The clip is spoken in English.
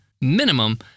minimum